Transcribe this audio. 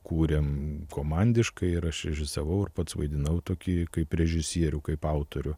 kūrėm komandiškai ir aš režisavau ir pats vaidinau tokį kaip režisierių kaip autorių